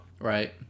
Right